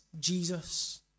Jesus